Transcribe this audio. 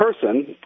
person